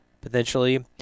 potentially